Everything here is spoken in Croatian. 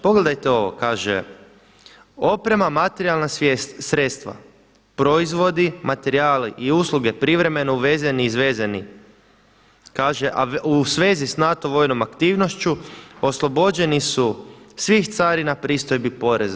Pogledajte ovo kaže, oprema, materijalna sredstva, proizvodi, materijali i usluge privremeno uvezeni izvezeni kaže u svezi s NATO vojnom aktivnošću oslobođeni su svih carina, pristojbi, poreza.